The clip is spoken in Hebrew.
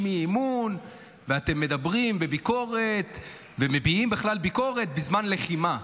אי-אמון ואתם מדברים בביקורת ומביעים בכלל ביקורת בזמן לחימה.